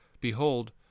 Behold